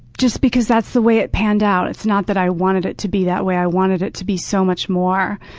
because that's the way it panned out. it's not that i wanted it to be that way. i wanted it to be so much more,